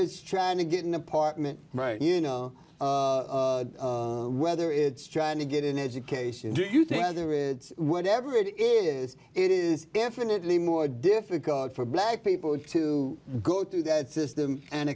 is trying to get an apartment right you know whether it's trying to get an education do you think either it whenever it is it is definitely more difficult for black people to go through that system and